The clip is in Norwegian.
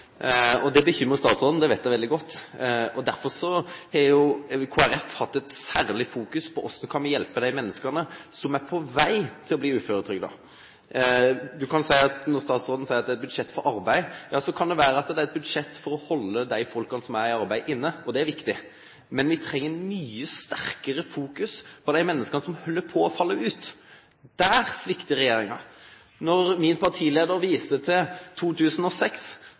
Det bekymrer statsråden, det vet jeg veldig godt. Derfor har Kristelig Folkeparti hatt et særlig fokus på hvordan vi kan hjelpe de menneskene som er på vei til å bli uføretrygdet. Når statsråden sier at det er et budsjett for arbeid, kan det være at det er et budsjett for å holde de folkene som er i arbeid, inne, og det er viktig. Men vi trenger mye sterkere fokusering på de menneskene som holder på å falle ut. Der svikter regjeringen. Min partileder viser til 2006.